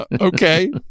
okay